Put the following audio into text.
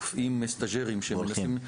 רופאים סטז'רים שמנסים --- והולכים.